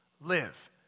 live